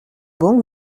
banque